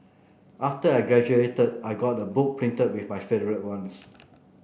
after I graduated I got a book printed with my favourite ones